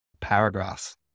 paragraphs